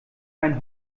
einen